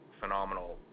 phenomenal